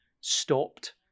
stopped